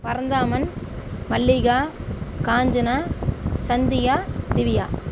Paranthaman Mallika Kanchana Sandhya Divya